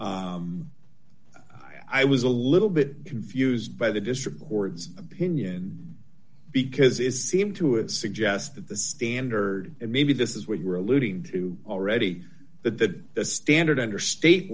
o i was a little bit confused by the district board's opinion because it seemed to a suggest that the standard and maybe this is what you're alluding to already that the standard under state